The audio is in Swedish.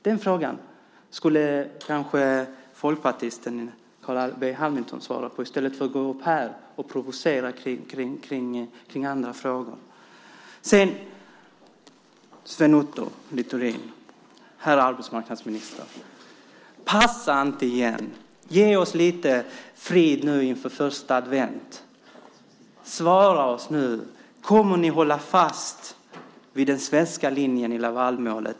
Den frågan skulle kanske folkpartisten Carl B Hamilton svara på i stället för att gå upp här och provocera kring andra frågor. Sven Otto Littorin, herr arbetsmarknadsminister, passa inte igen! Ge oss lite frid nu inför första advent! Svara oss nu! Kommer ni att hålla fast vid den svenska linjen i Lavalmålet?